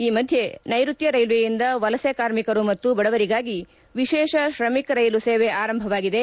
ಈ ಮಧ್ಯೆ ನೈರುತ್ತ ರೈಲ್ವೆಯಿಂದ ವಲಸೆ ಕಾರ್ಮಿಕರು ಮತ್ತು ಬಡವರಿಗಾಗಿ ವಿಶೇಷ ಶ್ರಮಿಕ್ ರೈಲು ಸೇವೆ ಆರಂಭವಾಗಿದೆ